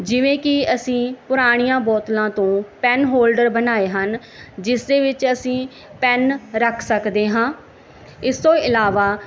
ਜਿਵੇਂ ਕੀ ਅਸੀਂ ਪੁਰਾਣੀਆਂ ਬੋਤਲਾਂ ਤੋਂ ਪੈਨ ਹੋਲਡਰ ਬਣਾਏ ਹਨ ਜਿਸ ਦੇ ਵਿੱਚ ਅਸੀਂ ਪੈਨ ਰੱਖ ਸਕਦੇ ਹਾਂ ਇਸ ਤੋਂ ਇਲਾਵਾ